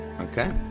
Okay